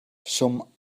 some